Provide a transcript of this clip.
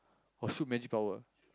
or shoot magic power